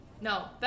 No